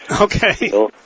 Okay